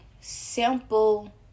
simple